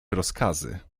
rozkazy